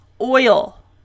oil